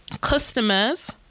customers